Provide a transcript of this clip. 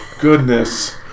goodness